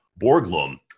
Borglum